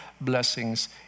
blessings